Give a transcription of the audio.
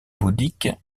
bouddhique